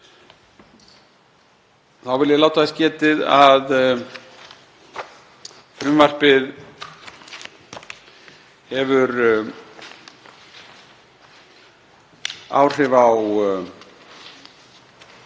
Þá vil ég láta þess getið að frumvarpið hefur áhrif á